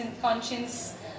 conscience